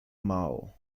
mal